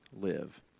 live